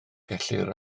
gellir